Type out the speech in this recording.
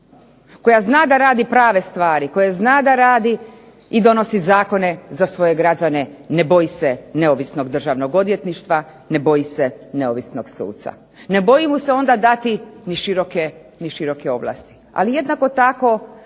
koja zna da radi prave stvari, koja zna da radi i donosi zakone za svoje građane, ne boji se neovisnog državnog odvjetništva, ne boji se neovisnog suca. Ne boji mu se onda dati ni široke ovlasti, ali jednako tako